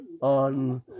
on